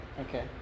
Okay